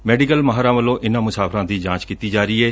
medical ਮਾਹਿਰਾਂ ਵੱਲੋ' ਇਨਾਂ ਮੁਸਾਫਰਾਂ ਦੀ ਜਾਂਚ ਕੀਡੀ ਜਾ ਰਹੀ ਏ